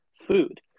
food